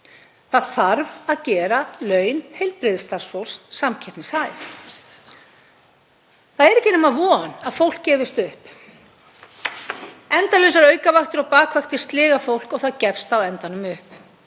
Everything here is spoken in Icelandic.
Það þarf að gera laun heilbrigðisstarfsfólks samkeppnishæf. Það er ekki nema von að fólk gefist upp. Endalausar aukavaktir og bakvaktir sliga fólk og það gefst á endanum upp.